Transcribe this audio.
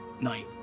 night